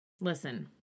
Listen